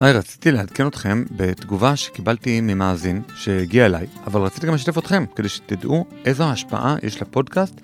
היי, רציתי לעדכן אתכם בתגובה שקיבלתי ממאזין שהגיעה אליי, אבל רציתי גם לשתף אתכם כדי שתדעו איזו ההשפעה יש לפודקאסט.